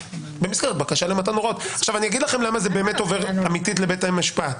עכשיו, אני אגיד לכם למה זה באמת עובר לבית המשפט